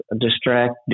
distract